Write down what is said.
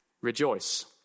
rejoice